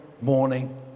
morning